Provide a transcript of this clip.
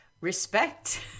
respect